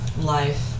life